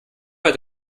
bei